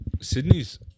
Sydney's